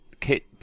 kit